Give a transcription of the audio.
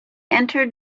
entered